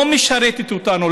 אם התקשורת לא משרתת אותנו,